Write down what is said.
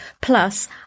Plus